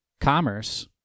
commerce